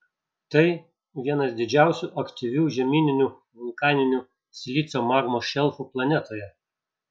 tai vienas didžiausių aktyvių žemyninių vulkaninių silicio magmos šelfų planetoje